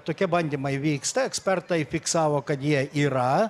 tokie bandymai vyksta ekspertai fiksavo kad jie yra